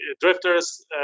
drifters